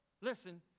listen